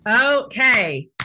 Okay